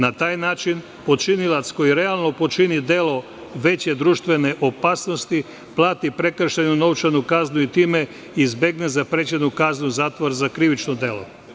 Na taj način počinilac koji realno počini delo veće društvene opasnosti plati prekršajnu novčanu kaznu i time izbegne zaprećenu kaznu zatvora za krivično delo.